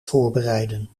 voorbereiden